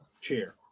chair